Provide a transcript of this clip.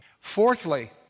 Fourthly